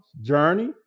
journey